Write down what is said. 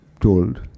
told